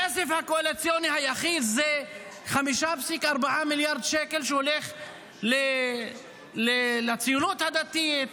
הכסף הקואליציוני היחיד זה 5.4 מיליארד שקל שהולכים לציונות הדתית,